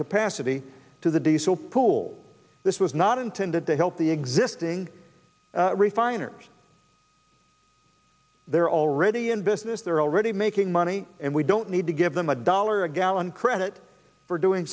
capacity to the diesel pool this was not intended to help the existing refiners they're already in business they're already making money and we don't need to give them a dollar a gallon credit for doing